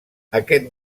aquest